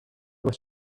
was